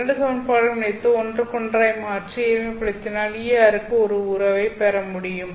இரண்டு சமன்பாடுகளையும் இணைத்து ஒன்றுக்கொன்றாய் மாற்றி எளிமைப்படுத்தினால் Er க்கு ஒரு உறவைப் பெற முடியும்